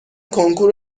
کنکور